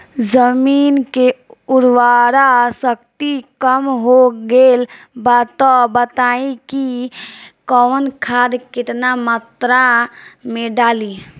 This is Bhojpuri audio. जमीन के उर्वारा शक्ति कम हो गेल बा तऽ बताईं कि कवन खाद केतना मत्रा में डालि?